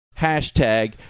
Hashtag